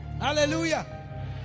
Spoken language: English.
hallelujah